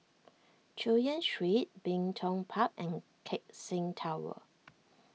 Chu Yen Street Bin Tong Park and Keck Seng Tower